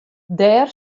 dêr